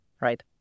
right